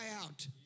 out